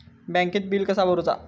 बँकेत बिल कसा भरुचा?